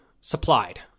supplied